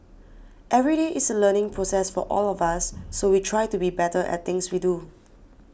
every day is a learning process for all of us so we try to be better at things we do